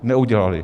Neudělali.